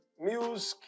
Music